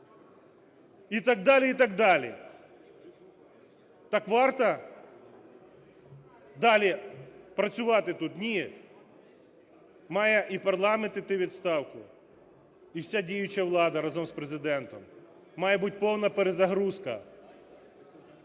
і так далі, і так далі. Так варто далі працювати тут? Ні. Має і парламент іти у відставку, і вся діюча влада разом з Президентом. Має бути повна перезагрузка.